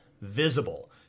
visible